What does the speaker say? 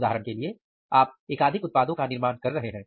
उदाहरण के लिए यदि आप एकाधिक उत्पादों का निर्माण कर रहे हैं